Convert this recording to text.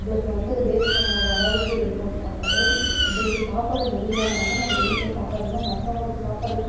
நம்மளுக்கு வந்து அது வேஸ்ட் பண்ணாத அளவுக்கு இருக்கும் சாப்பாடு நம்மளுக்கு சாப்பிட முடியலனாலும் நம்ம வீட்டில் சாப்பாடுனால் மற்றவங்களுக்கு சாப்பாடு